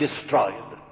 destroyed